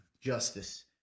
justice